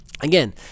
again